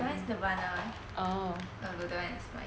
that [one] is nirvana the other one is mine